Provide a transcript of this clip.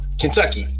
Kentucky